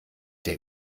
der